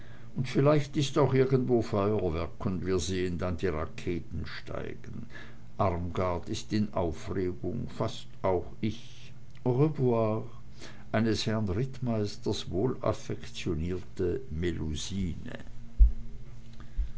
und vielleicht ist auch irgendwo feuerwerk und wir sehen dann die raketen steigen armgard ist in aufregung fast auch ich au revoir eines herrn rittmeisters